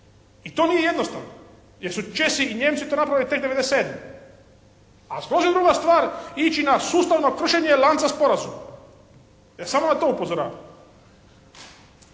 i to nije jednostavno jer su Česi i Nijemci to napravili tek '97., a skroz je druga stvar ići na sustavno kršenje lanca sporazuma. Ja samo na to upozoravam.